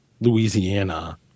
Louisiana